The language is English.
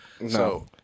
No